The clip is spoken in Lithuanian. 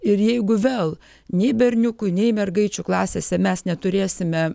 ir jeigu vėl nei berniukų nei mergaičių klasėse mes neturėsime